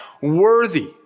worthy